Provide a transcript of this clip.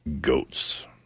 Goats